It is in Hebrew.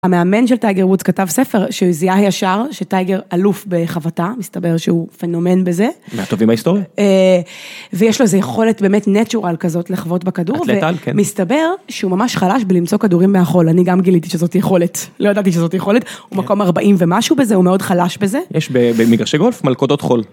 המאמן של טייגר וודס כתב ספר שהוא זיהה ישר שטייגר עלוף בחבטה, מסתבר שהוא פנומן בזה. מהטובים בהיסטוריה. ויש לו איזו יכולת באמת נטורל כזאת לחבוט בכדור, ומסתבר שהוא ממש חלש בלמצוא כדורים מהחול, אני גם גיליתי שזאת יכולת, לא ידעתי שזאת יכולת. הוא מקום 40 ומשהו בזה, הוא מאוד חלש בזה. יש במגרשי גולף מלכודות חול.